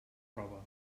roba